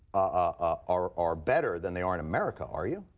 ah are are better than they are in america, are you?